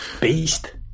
Beast